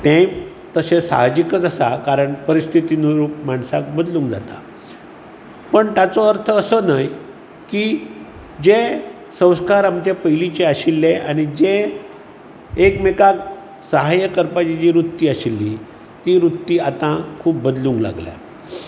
ते तशें साहजीकच आसा कारण परिस्थिती अनुरूप माणसाक बदलूंक जाता पूण ताचो अर्थ असो न्हय की जे संस्कार आमचे पयलीचे आशिल्ले आनी जे एकमेकाक सहाय्य करपाची जी वृत्ती आशिल्ली ती वृत्ती आता खूब बदलूंक लागल्या